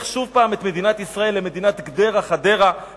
שוב את מדינת ישראל למדינת גדרה חדרה,